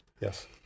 Yes